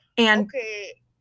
Okay